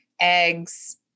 eggs